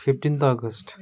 fifteenth August